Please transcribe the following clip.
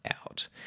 out